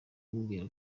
amubwira